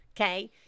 okay